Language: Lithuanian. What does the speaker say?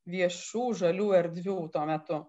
viešų žalių erdvių tuo metu